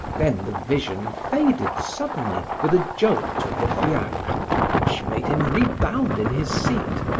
then the vision faded suddenly with a jolt of the fiacre which made him rebound in his seat.